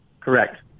Correct